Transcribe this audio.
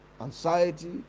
Anxiety